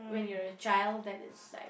when you are a child that is like